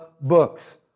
books